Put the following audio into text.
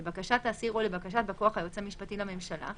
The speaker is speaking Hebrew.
לבקשת האסיר או לבקשת בא כוח היועץ המשפטי לממשלה,